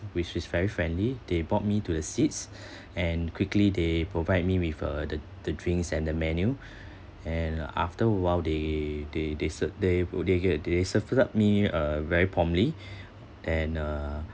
which is very friendly they brought me to the seats and quickly they provide with me uh the the drinks and the menu and and after awhile they they they cer~ they will they get they first up me uh very promptly and uh